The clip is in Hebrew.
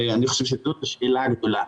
ואני חושב שזו השאלה הגדולה.